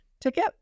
ticket